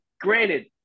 Granted